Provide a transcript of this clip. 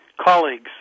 colleagues